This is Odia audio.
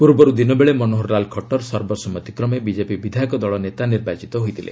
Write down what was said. ପୂର୍ବରୁ ଦିନବେଳେ ମନୋହରଲାଲ ଖଟ୍ଟର ସର୍ବସମ୍ମତି କ୍ରମେ ବିଜେପି ବିଧାୟକ ଦଳ ନେତା ନିର୍ବାଚିତ ହୋଇଥିଲେ